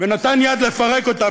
ונתן יד לפרק אותה,